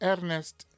Ernest